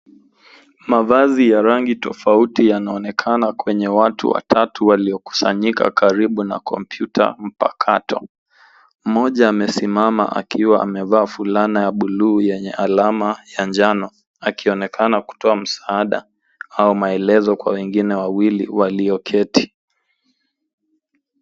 Mavazi ya rangi tofauti yanaonekana kwa watu watatu waliokusanyika karibu na kompyuta mpakato. Mmoja amesimama akiwa amevaa fulana ya buluu yenye alama za njano, akionekana kutoa msaada au maelezo kwa wengine wawili walioketi.